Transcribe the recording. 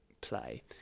play